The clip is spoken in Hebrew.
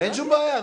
אין שום בעיה.